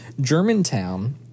Germantown